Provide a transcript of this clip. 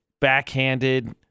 backhanded